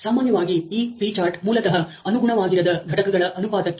ಸಾಮಾನ್ಯವಾಗಿ ಈ P chart ಮೂಲತಃ ಅನುಗುಣವಾಗಿರದ ಘಟಕಗಳ ಅನುಪಾತಕ್ಕೆ